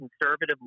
conservative